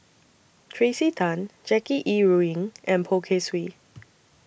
Tracey Tan Jackie Yi Ru Ying and Poh Kay Swee